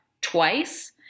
twice